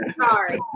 Sorry